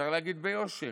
צריך להגיד ביושר: